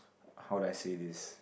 how do I say this